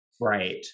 right